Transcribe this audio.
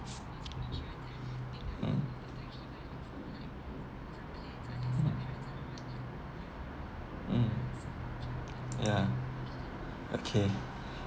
mm mm ya okay